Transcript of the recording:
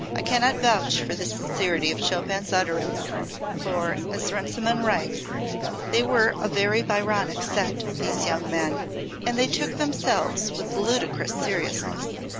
i cannot vouch for the sincerity of chopin's utterance for as runciman writes they were a very byronic set, these young men and they took themselves with ludicrous seriousness.